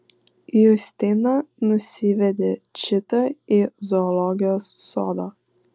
justina nusivedė čitą į zoologijos sodą